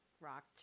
rock